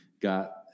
got